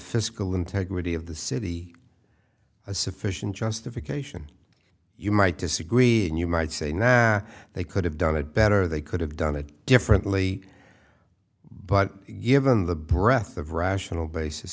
fiscal integrity of the city a sufficient justification you might disagree and you might say now they could have done it better they could have done it differently but given the breath of rational basis